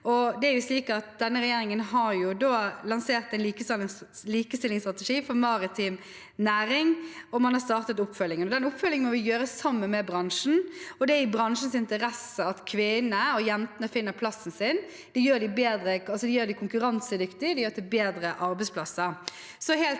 regjeringen har lansert en likestillingsstrategi for maritim næring, og man har startet oppfølgingen. Den oppfølgingen må vi gjøre sammen med bransjen, og det er i bransjens interesse at kvinnene og jentene finner plassen sin. Det gjør bransjen konkurransedyktig ved at det er bedre arbeidsplasser.